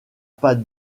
pas